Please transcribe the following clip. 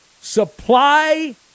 supply